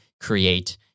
create